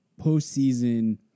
postseason